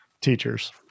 teachers